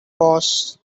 boss